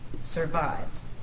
survives